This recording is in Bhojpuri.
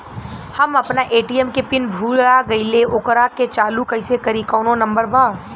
हम अपना ए.टी.एम के पिन भूला गईली ओकरा के चालू कइसे करी कौनो नंबर बा?